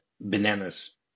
bananas